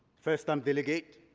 first time delegate,